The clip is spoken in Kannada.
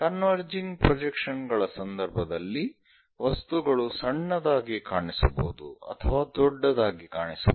ಕನ್ವರ್ಜಿಂಗ್ ಪ್ರೊಜೆಕ್ಷನ್ ಗಳ ಸಂದರ್ಭದಲ್ಲಿ ವಸ್ತುಗಳು ಸಣ್ಣದಾಗಿ ಕಾಣಿಸಬಹುದು ಅಥವಾ ದೊಡ್ಡದಾಗಿ ಕಾಣಿಸಬಹುದು